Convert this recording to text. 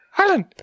Alan